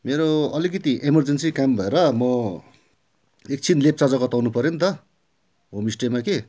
मेरो अलिकति इमर्जेन्सी काम भएर म एकछिन लेप्चा जगत् आउनु पर्यो नि त होमस्टेमा कि